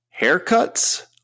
haircuts